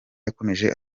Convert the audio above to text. yakomeje